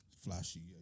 flashy